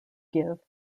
give